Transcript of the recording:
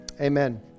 amen